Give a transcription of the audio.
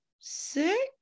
Six